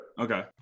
Okay